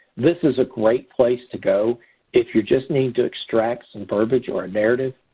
this is a great place to go if you just need to extract some verbiage or a narrative.